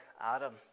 Adam